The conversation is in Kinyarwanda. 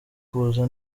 kuza